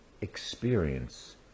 experience